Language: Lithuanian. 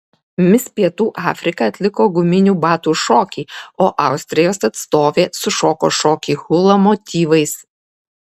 mis pietų afrika atliko guminių batų šokį o austrijos atstovė sušoko šokį hula motyvais